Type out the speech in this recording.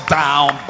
down